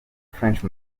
french